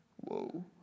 whoa